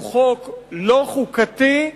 הוא חוק לא חוקתי,